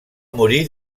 morir